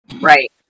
Right